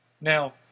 Now